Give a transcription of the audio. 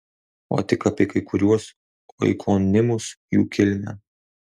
o tik apie kai kuriuos oikonimus jų kilmę